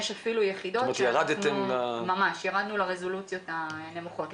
ירדנו לרזולוציות הנמוכות.